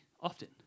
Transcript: often